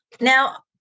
Now